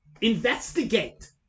Investigate